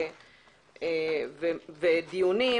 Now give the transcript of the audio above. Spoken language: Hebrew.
והדיונים